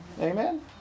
amen